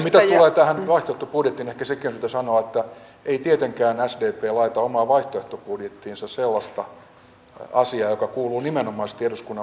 mitä tulee tähän vaihtoehtobudjettiin ehkä sekin on syytä sanoa että ei tietenkään sdp laita omaan vaihtoehtobudjettiinsa sellaista asiaa joka kuuluu nimenomaisesti eduskunnan budjetin ulkopuolelle